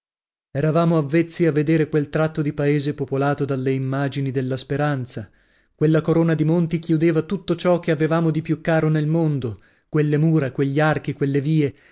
eravamo avvezzi a vedere quel tratto di paese popolato dalla immagini della speranza quella corona di monti chiudeva tutto ciò che avevamo di più caro nel mondo quelle mura quegli archi quelle vie